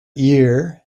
year